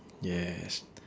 yes